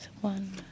one